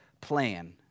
plan